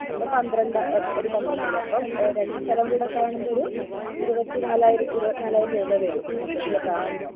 അപ്പം പന്ത്രണ്ട് എ ഒരു പന്ത്രണ്ടായിരം അപ്പം രണ്ടു സ്ഥലം കൂടേ കാണുമ്പോളൊരു ഇരുപ്പത്തിനാലായിരം ഇരുപത്തിനാലായിരം രൂപ വരും മൊത്തത്തിൽ കാണുമ്പോൾ